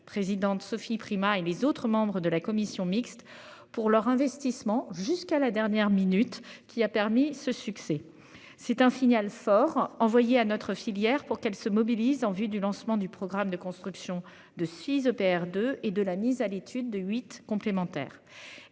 présidente, Sophie Primas. Et les autres membres de la commission mixte pour leur investissement jusqu'à la dernière minute qui a permis ce succès c'est un signal fort envoyé à notre filière pour qu'elle se mobilise en vue du lancement du programme de construction de six EPR de et de la mise à l'étude de 8 complémentaires